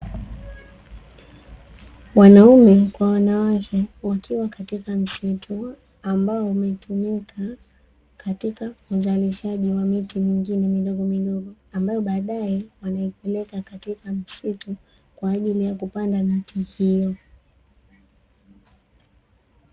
Wanaume kwa wanawake wakiwa katika msitu ambao umetumika katika uzalishaji wa miti mingine midogomidogo, ambayo baadae wanaipeleka katika msitu kwa ajili ya kupanda miti hiyo.